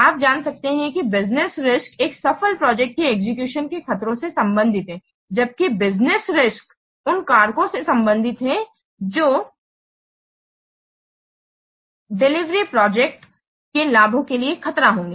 आप जान सकते हैं कि बिज़नेस रिस्क्स एक सफल प्रोजेक्ट के एग्जीक्यूशन के खतरों से संबंधित हैं जबकि बिज़नेस रिस्क्स उन कारकों से संबंधित हैं जो डिलीवरड प्रोजेक्ट के लाभों के लिए खतरा होंगे